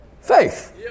faith